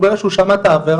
הוא ברגע שהוא שמע את העבירה,